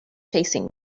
chasing